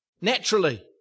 Naturally